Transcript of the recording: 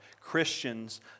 Christians